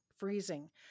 Freezing